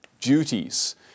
duties